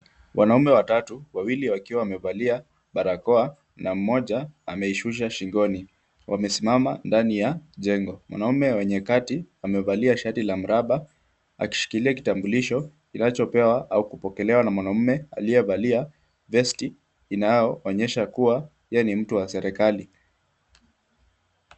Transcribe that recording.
Wanaume watatu wawili wakiwa wamevalia barakoa na mmoja ameishusha shingoni wamesimama ndani ya jengo. Mwanaume wenye kati amevalia shati la mraba akishikilia kitambulisho kinachopewa au kupokelewa na mwanaume aliyevalia vesti inayoonyesha kuwa yeye ni mtu wa serekali.